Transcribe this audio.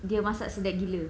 dia masak sedap gila